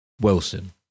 wilson